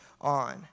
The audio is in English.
on